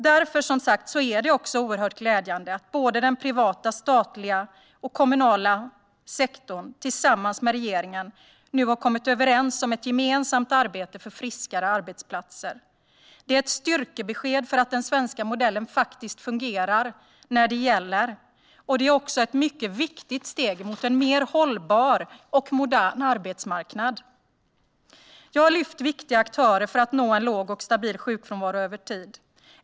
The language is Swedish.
Därför är det som sagt oerhört glädjande att såväl den privata sektorn som den statliga och kommunala sektorn tillsammans med regeringen har kommit överens om ett gemensamt arbete för friskare arbetsplatser. Det är ett styrkebesked som visar att den svenska modellen faktiskt fungerar när det gäller, och det är ett mycket viktigt steg mot en mer hållbar och modern arbetsmarknad. Jag har lyft fram aktörer som är viktiga för att vi ska nå en låg och stabil sjukfrånvaro över tid.